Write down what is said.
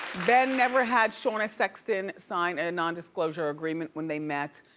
ben never had shauna sexton sign and a nondisclosure agreement when they met.